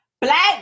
Black